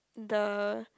the